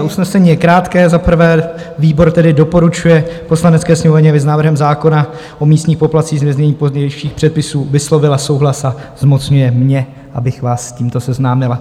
Usnesení je krátké: za prvé, výbor tedy doporučuje Poslanecké sněmovně, aby s návrhem zákona o místních poplatcích, ve znění pozdějších předpisů, vyslovila souhlas, a zmocňuje mě, abych vás s tímto seznámil.